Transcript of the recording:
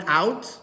out